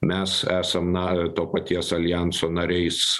mes esam na to paties aljanso nariais